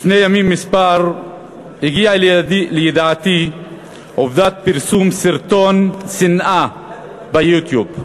לפני ימים מספר הגיעה לידיעתי עובדת פרסום סרטון שנאה ב"יוטיוב",